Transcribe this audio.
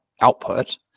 output